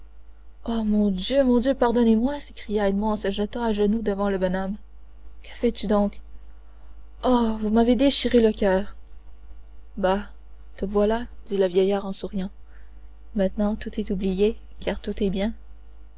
oh mon dieu mon dieu pardonnez-moi s'écria edmond en se jetant à genoux devant le bonhomme que fais-tu donc oh vous m'avez déchiré le coeur bah te voilà dit le vieillard en souriant maintenant tout est oublié car tout est bien